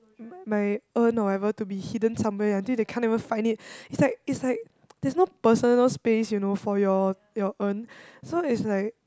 my my urn or whatever to be hidden somewhere until they can't even find it it's like it's like there's no personal space you know for your your urn so it's like